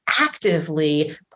actively